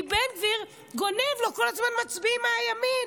כי בן גביר גונב לו כל הזמן מצביעים מהימין,